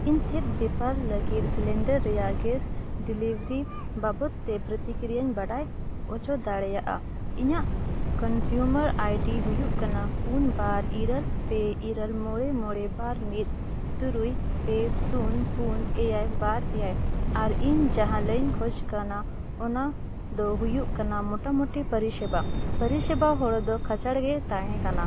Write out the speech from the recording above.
ᱤᱧ ᱪᱮᱫ ᱵᱮᱯᱟᱨ ᱞᱟᱹᱜᱤᱫ ᱥᱤᱞᱤᱱᱰᱟᱨ ᱨᱮᱭᱟᱜ ᱜᱮᱥ ᱰᱮᱞᱤᱵᱷᱟᱨᱤ ᱵᱟᱵᱚᱫ ᱛᱮ ᱯᱨᱚᱛᱤᱠᱨᱤᱭᱟᱧ ᱵᱟᱰᱟᱭ ᱦᱚᱪᱚ ᱫᱟᱲᱮᱭᱟᱜᱼᱟ ᱤᱧᱟᱹᱜ ᱠᱚᱱᱡᱩᱢᱟᱨ ᱟᱭ ᱰᱤ ᱦᱩᱭᱩᱜ ᱠᱟᱱᱟ ᱯᱩᱱ ᱵᱟᱨ ᱤᱨᱟᱹᱞ ᱯᱮ ᱤᱨᱟᱹᱞ ᱢᱚᱬᱮ ᱵᱟᱨ ᱢᱤᱫ ᱛᱩᱨᱩᱭ ᱯᱮ ᱥᱩᱱ ᱯᱩᱱ ᱮᱭᱟᱭ ᱵᱟᱨ ᱮᱭᱟᱭ ᱟᱨ ᱤᱧ ᱡᱟᱦᱟᱸ ᱞᱟᱹᱭᱤᱧ ᱠᱷᱚᱡᱽ ᱠᱟᱱᱟ ᱚᱱᱟᱫᱚ ᱦᱩᱭᱩᱜ ᱠᱟᱱᱟ ᱢᱳᱴᱟᱢᱩᱴᱤ ᱯᱚᱨᱤᱥᱮᱵᱟ ᱯᱚᱨᱤᱥᱮᱵᱟ ᱦᱚᱲ ᱫᱚ ᱠᱷᱟᱸᱪᱟᱲ ᱜᱮᱭ ᱛᱟᱦᱮᱸ ᱠᱟᱱᱟ